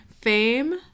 Fame